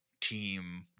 team